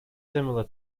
similar